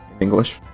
English